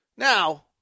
Now